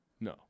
No